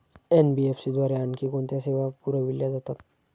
NBFC द्वारे आणखी कोणत्या सेवा पुरविल्या जातात?